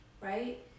right